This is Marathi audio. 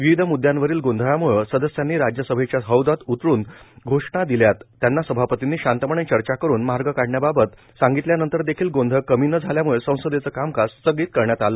विविध मुद्यांवरील गोंधळमुळं सदस्यांनी राज्यसभेच्या हौदात उतरून घोषणा दिल्यात त्यांना सभापतींनी शांतपणे चर्चा करून मार्ग काळण्याबाबत सांगितल्यानंतर देखिल गोंधळ कमी न झाल्यामुळं संसदेचं कामकाज स्थगित करण्यात आलं